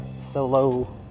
Solo